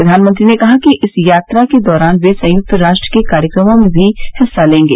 प्रधानमंत्री ने कहा कि इस यात्रा के दौरान वे संयुक्त राष्ट्र के कार्यक्रमों में भी हिस्सा लेंगे